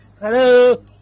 Hello